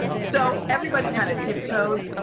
so everybody kinda tiptoed,